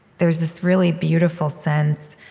there's this really beautiful sense